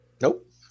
Nope